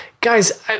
Guys